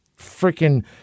freaking